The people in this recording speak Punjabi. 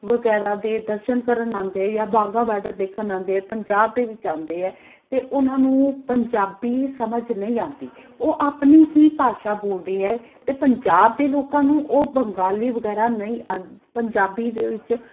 ਵਗੈਰਾ ਦੇ ਦਰਸ਼ਨ ਕਰਨ ਆਉਂਦੇ ਆ ਜਾਂ ਵਾਹਗਾ ਬਾਰਡਰ ਦੇਖਣ ਆਉਂਦੇ ਆ ਪੰਜਾਬ ਦੇ ਵਿੱਚ ਆਉਂਦੇ ਹੈ ਅਤੇ ਉਹਨਾਂ ਨੂੰ ਪੰਜਾਬੀ ਸਮਝ ਨਹੀਂ ਆਉਂਦੀ ਉਹ ਆਪਣੀ ਹੀ ਭਾਸ਼ਾ ਬੋਲਦੇ ਹੈ ਅਤੇ ਪੰਜਾਬ ਦੇ ਲੋਕਾਂ ਨੂੰ ਉਹ ਬੰਗਾਲੀ ਵਗੈਰਾ ਨਹੀਂ ਆਂ ਪੰਜਾਬੀ ਦੇ ਵਿੱਚ